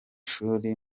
shuri